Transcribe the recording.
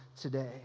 today